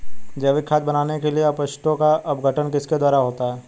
जैविक खाद बनाने के लिए अपशिष्टों का अपघटन किसके द्वारा होता है?